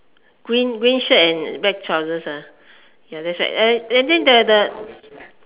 green green shirt and black trousers ya that's right and then the the